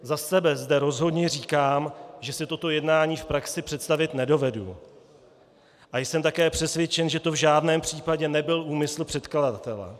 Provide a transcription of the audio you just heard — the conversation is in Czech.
Za sebe zde rozhodně říkám, že si toto jednání v praxi představit nedovedu, a jsem také přesvědčen, že to v žádném případě nebyl úmysl předkladatele.